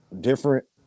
different